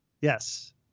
Yes